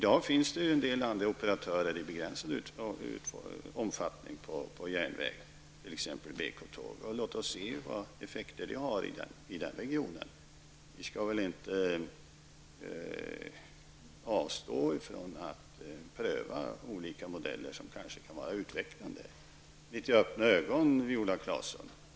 Det finns i dag en del andra operatörer på järnväg, i begränsad omfattning, t.ex. BK-tågen. Låt oss se vilka effekter det får i den regionen. Vi skall väl inte avstå från att pröva olika modeller som kanske kan vara utrvecklande. Det vore kanske bra med litet öppna ögon, Viola Claesson.